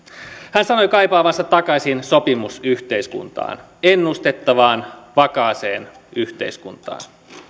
hän sanoi kaipaavansa takaisin sopimusyhteiskuntaan ennustettavaan vakaaseen yhteiskuntaan